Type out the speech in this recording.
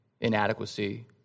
inadequacy